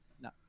No